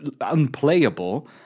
unplayable